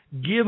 Give